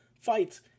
fights